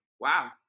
wow